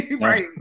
Right